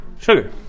sugar